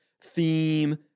theme